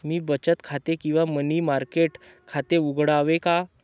मी बचत खाते किंवा मनी मार्केट खाते उघडावे का?